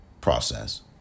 process